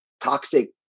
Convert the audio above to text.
toxic